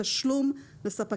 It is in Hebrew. שתהיה במקום טוב לטובת המדינה,